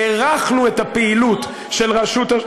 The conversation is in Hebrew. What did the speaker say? הארכנו את הפעילות של רשות,